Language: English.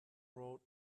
road